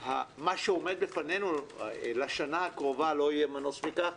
מה שעומד בפנינו לשנה הקרובה, לא יהיה מנוס מכך.